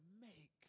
make